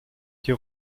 die